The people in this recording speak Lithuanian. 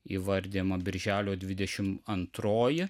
įvardijama birželio dvidešimt antroji